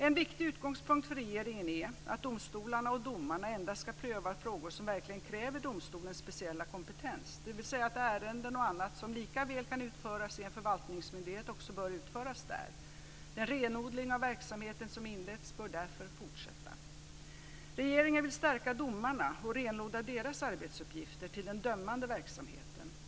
En viktig utgångspunkt för regeringen är att domstolarna och domarna endast ska pröva frågor som verkligen kräver domstolens speciella kompetens, dvs. att ärenden och annat som likaväl kan utföras i en förvaltningsmyndighet också bör utföras där. Den renodling av verksamheten som inletts bör därför fortsätta. Regeringen vill stärka domarna och renodla deras arbetsuppgifter till den dömande verksamheten.